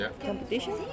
competition